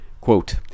Quote